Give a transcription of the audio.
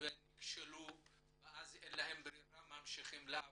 ונכשלו ואז אין להם ברירה והם ממשיכים לעבוד,